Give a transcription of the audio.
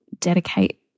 dedicate